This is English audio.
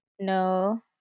No